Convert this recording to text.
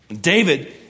David